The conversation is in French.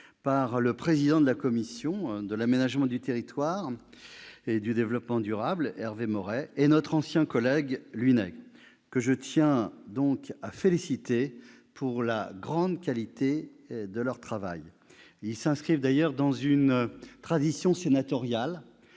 par le président de la commission de l'aménagement du territoire et du développement durable, Hervé Maurey, et notre ancien collègue, Louis Nègre. Je les félicite pour la grande qualité de leur travail, qui s'inscrit dans une tradition sénatoriale